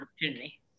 opportunity